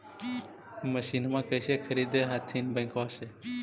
मसिनमा कैसे खरीदे हखिन बैंकबा से?